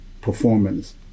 performance